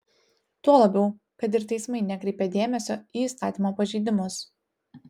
tuo labiau kad ir teismai nekreipia dėmesio į įstatymų pažeidimus